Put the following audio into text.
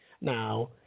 Now